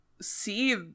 see